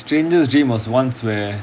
oh my strangest dream was once where